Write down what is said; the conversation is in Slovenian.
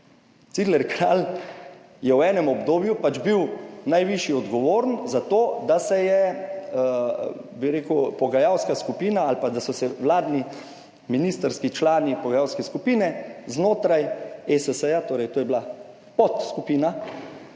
Cigler Kralj je v enem obdobju pač bil najvišji odgovoren za to, da se je, bi rekel, pogajalska skupina ali pa da so se vladni ministrski člani, pogajalske skupine znotraj ESS, torej to je bila podskupina,